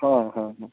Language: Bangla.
হ্যাঁ হ্যাঁ হ্যাঁ